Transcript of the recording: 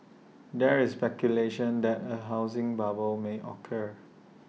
there is speculation that A housing bubble may occur